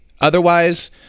otherwise